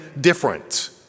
different